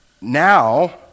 now